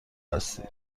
هستی